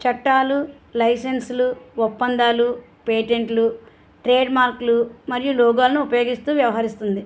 చట్టాలు లైసెన్సులు ఒప్పందాలు పేటెంట్లు ట్రేడ్మార్క్లు మరియు లోగోలను ఉపయోగిస్తూ వ్యవహరిస్తుంది